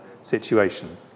situation